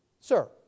sir